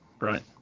right